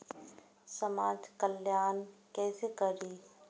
समाज कल्याण केसे करी?